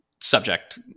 subject